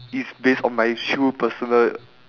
is base on my true personal